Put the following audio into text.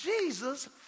Jesus